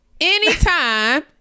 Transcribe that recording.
anytime